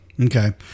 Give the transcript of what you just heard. Okay